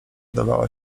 dawała